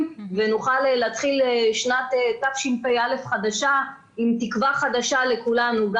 ונוכל להתחיל שנת תשפ"א חדשה עם תקווה חדשה לכולנו,